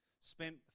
spent